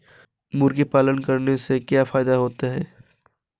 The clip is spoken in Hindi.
मुर्गी पालन करने से क्या फायदा होता है?